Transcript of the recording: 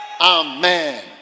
Amen